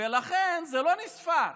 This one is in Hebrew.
ולכן זה לא נספר.